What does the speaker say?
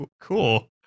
cool